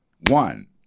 one